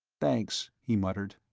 thanks, he muttered.